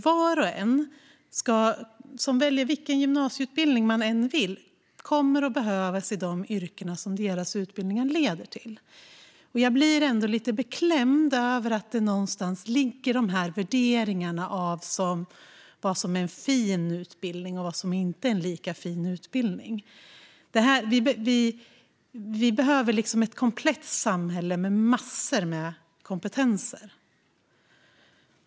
Var och en, vilken gymnasieutbildning man än väljer, kommer att behövas i de yrken som deras utbildningar leder till. Jag blir lite beklämd över de värderingar som ändå någonstans finns av vad som är en fin utbildning och vad som inte är en lika fin utbildning. Vi behöver ett komplett samhälle med massor av kompetenser.